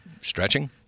Stretching